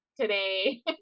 today